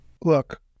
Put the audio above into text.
Look